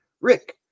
Rick